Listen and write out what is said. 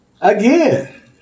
again